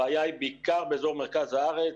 הבעיה היא בעיקר באזור מרכז הארץ.